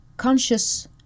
conscious